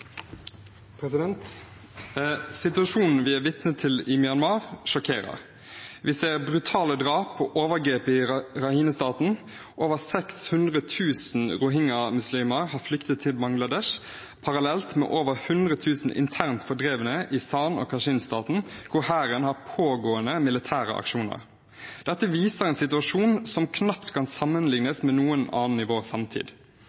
vitne til i Myanmar, sjokkerer. Vi ser brutale drap og overgrep i Rakhine-staten. Over 600 000 rohingya-muslimer har flyktet til Bangladesh parallelt med over 100 000 internt fordrevne i Shan- og Kachin-staten, hvor hæren har pågående militære aksjoner. Dette viser en situasjon som knapt kan